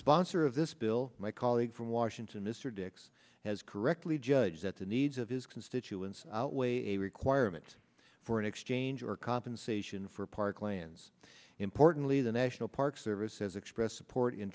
sponsor of this bill my colleague from washington mr dix has correctly judge that the needs of his constituents a requirement for an exchange or compensation for parklands importantly the national park service says expressed support in